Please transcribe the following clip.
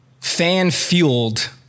fan-fueled